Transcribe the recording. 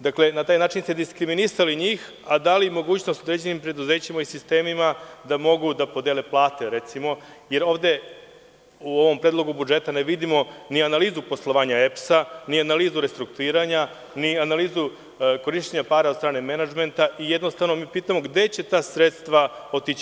Dakle, na taj način ste diskriminisali njih, a dali mogućnost određenim preduzećima i sistemima da mogu da podele plate, jer ovde u ovom predlogu budžeta ne vidimo analizu poslovanja EPS-a, ni analizu restrukturiranja, ni analizu korišćenja para od strane menadžmenta i mi pitamo – gde će ta sredstva otići?